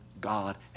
god